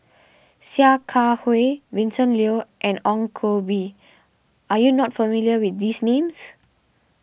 Sia Kah Hui Vincent Leow and Ong Koh Bee are you not familiar with these names